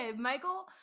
Michael